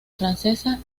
francesa